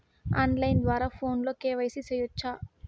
on line ద్వారా ఫోనులో KYC సేయొచ్చా